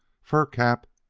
fur cap,